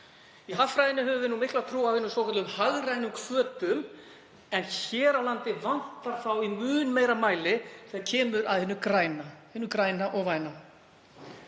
Í hagfræðinni höfum við mikla trú á hinum svokölluðu hagrænu hvötum en hér á landi vantar þá í mun meira mæli þegar kemur að hinu græna og væna.